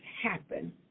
happen